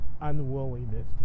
unwillingness